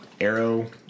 arrow